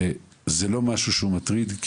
זה לא משהו שהוא מטריד,